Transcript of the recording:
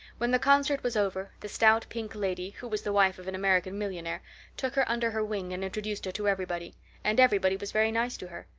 when the concert was over, the stout, pink lady who was the wife of an american millionaire took her under her wing, and introduced her to everybody and everybody was very nice to her.